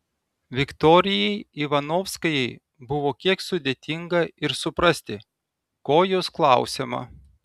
viktorijai ivanovskajai buvo kiek sudėtinga ir suprasti ko jos klausiama